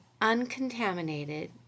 uncontaminated